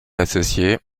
associés